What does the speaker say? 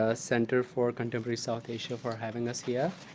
ah center for contemporary south asia, for having us here.